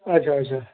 اَچھا اَچھا